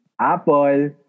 Apple